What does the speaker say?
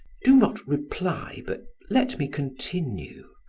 do not reply, but let me continue.